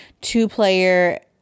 two-player